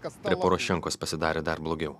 prie porošenkos pasidarė dar blogiau